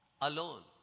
alone